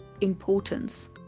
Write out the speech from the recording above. importance